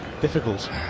difficult